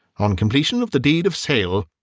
on completion of the deed of sale.